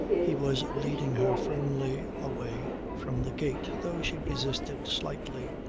he was leading her firmly away from the gate though she resisted slightly.